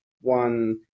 one